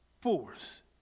force